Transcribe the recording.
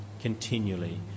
continually